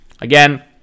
Again